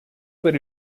per